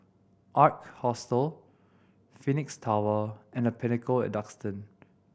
Ark Hostel Phoenix Tower and The Pinnacle at Duxton